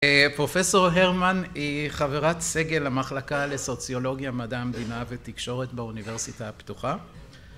פרופסור הרמן היא חברת סגל המחלקה לסוציולוגיה, מדע המדינה ותקשורת באוניברסיטה הפתוחה